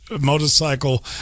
motorcycle